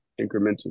incremental